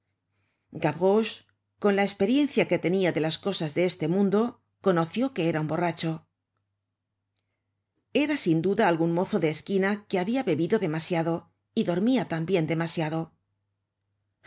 con la esperiencia que tenia de las cosas de este mundo conoció que era un borracho era sin duda algun mozo de esquina que habia bebido demasiado y dormia tambien demasiado